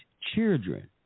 children